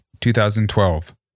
2012